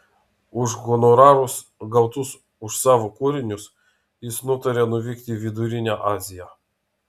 už honorarus gautus už savo kūrinius jis nutarė nuvykti į vidurinę aziją